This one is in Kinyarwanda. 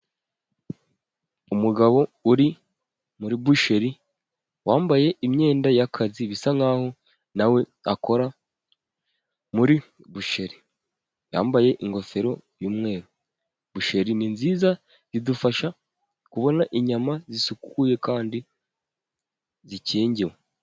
Umugabo uri muri busheri wambaye imyenda y'akazi bisa nkaho nawe akora muri busheri, yambaye ingofero yumweru. Busheri ni nziza, zidufasha kubona inyama zisukuye kandi zikingiwe.